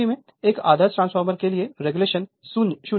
तो उस स्थिति में एक आदर्श ट्रांसफार्मर के लिए रेगुलेशन 0 है